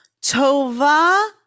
Tova